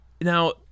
Now